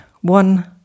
one